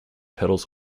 petals